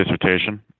dissertation